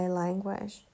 language